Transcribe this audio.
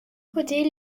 côté